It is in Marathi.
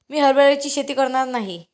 मी हरभऱ्याची शेती करणार नाही